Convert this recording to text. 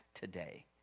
today